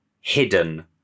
hidden